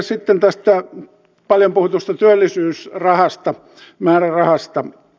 sitten tästä paljon puhutusta työllisyysmäärärahasta